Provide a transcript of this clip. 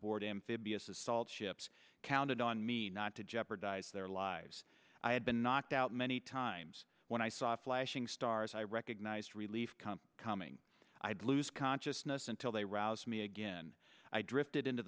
aboard amphibious assault ships counted on me not to jeopardize their lives i had been knocked out many times when i saw flashing stars i recognized relief coming i'd lose consciousness until they rouse me again i drifted into